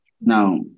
Now